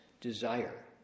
Desire